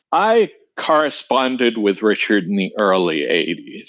i corresponded with richard in the early eighty s,